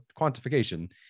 quantification